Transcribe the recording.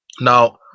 Now